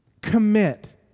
commit